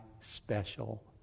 special